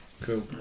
Cool